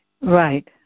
Right